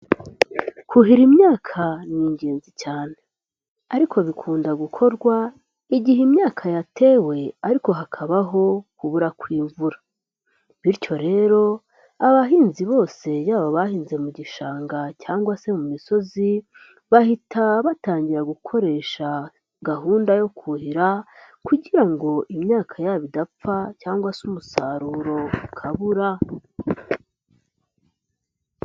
Kuhira imyaka ni ingenzi cyane. Ariko bikunda gukorwa, igihe imyaka yatewe ariko hakabaho kubura kw'imvura. Bityo rero abahinzi bose yaba abahinze mu gishanga cyangwa se mu misozi, bahita batangira gukoresha gahunda yo kuhira, kugira ngo imyaka yabo idapfa, cyangwa se umusaruro ukabura.